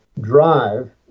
drive